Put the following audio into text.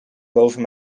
boven